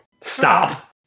Stop